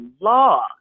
law